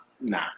Nah